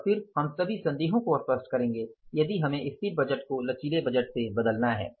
और फिर हम सभी संदेहों को स्पष्ट करेंगे यदि हमें स्थिर बजट को लचीले बजट से बदलना है